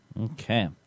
Okay